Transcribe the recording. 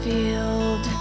Field